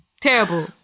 Terrible